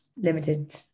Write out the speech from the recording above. limited